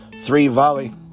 three-volley